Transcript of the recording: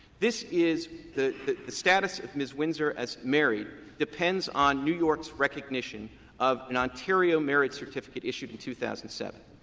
this is the status of ms. windsor as married depends on new york's recognition of an ontario marriage certificate issued in two thousand and seven.